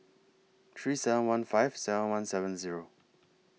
three seven one five seven one seven Zero